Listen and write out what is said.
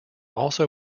also